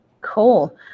Cool